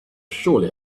surely